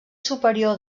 superior